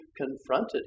confronted